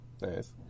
Nice